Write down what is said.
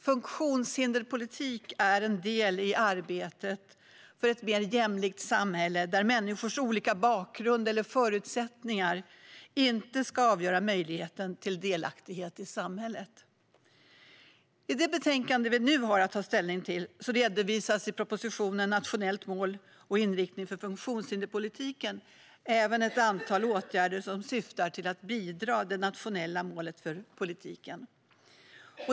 Funktionshinderspolitik är en del i arbetet för ett mer jämlikt samhälle, där människors olika bakgrund eller förutsättningar inte ska avgöra möjligheten till delaktighet i samhället. I det betänkande vi nu har att ta ställning till redovisas i propositionen Nationellt mål och inriktning för funktionshinderspolitiken även ett antal åtgärder som syftar till att bidra till det nationella målet för politiken.